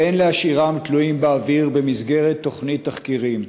ואין להשאירם תלויים באוויר במסגרת תוכנית תחקירים.